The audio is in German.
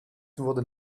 wurden